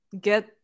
Get